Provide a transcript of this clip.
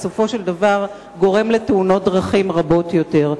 ובסופו של דבר גורם לתאונות דרכים רבות יותר.